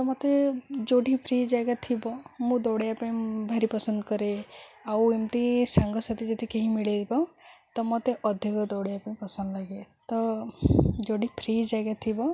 ତ ମୋତେ ଯେଉଁଠି ଫ୍ରି ଜାଗା ଥିବ ମୁଁ ଦୌଡ଼ିବା ପାଇଁ ଭାରି ପସନ୍ଦ କରେ ଆଉ ଏମିତି ସାଙ୍ଗସାଥି ଯଦି କେହି ମିଳିବେ ତ ମୋତେ ଅଧିକ ଦୌଡ଼ିବା ପାଇଁ ପସନ୍ଦ ଲାଗେ ତ ଯେଉଁଠି ଫ୍ରି ଜାଗା ଥିବ